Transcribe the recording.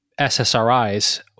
SSRIs